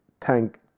Tank